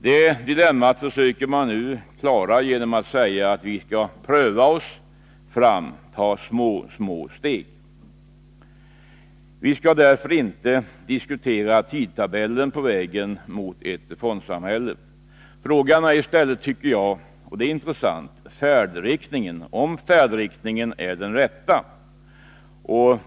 Det dilemmat försöker man nu lösa genom att säga att vi skall pröva oss fram och ta små, små steg. Vi skall därför inte diskutera tidtabellen på vägen mot ett fondsamhälle. Den intressanta frågan är i stället om färdriktningen är den rätta.